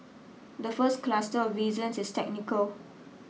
the first cluster of reasons is technical